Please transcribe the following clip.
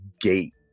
gate